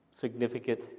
Significant